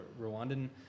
Rwandan